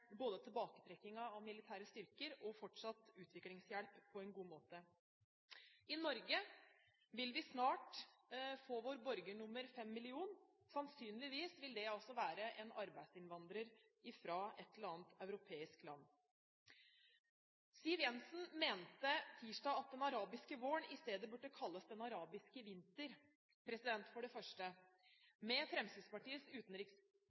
både tilbaketrekkingen av militære styrker og fortsatt utviklingshjelp på en god måte. I Norge vil vi snart få vår borger nr. 5 millioner. Sannsynligvis vil det være en arbeidsinnvandrer fra et eller annet europeisk land. Siv Jensen mente tirsdag at den arabiske våren i stedet burde kalles den arabiske vinter. For det